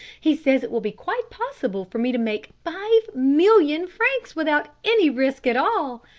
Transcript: he says it will be quite possible for me to make five million francs without any risk at all.